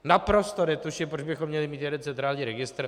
Naprosto netuším, proč bychom měli mít jeden centrální registr.